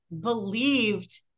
believed